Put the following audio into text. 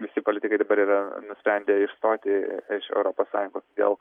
visi politikai dabar yra nusprendę išstoti iš europos sąjungos todėl